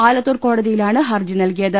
ആലത്തൂർ കോടതിയിലാണ് ഹർജി നല്കിയത്